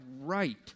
right